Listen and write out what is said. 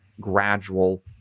gradual